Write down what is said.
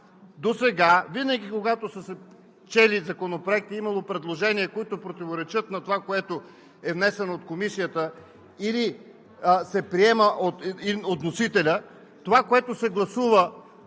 Досега винаги, когато са се чели законопроекти и е имало предложения, които противоречат на това, което е внесено от Комисията или се приема от вносителя, това, което се гласува